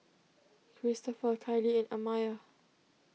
Cristopher Kyleigh and Amaya